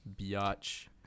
biatch